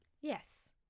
yes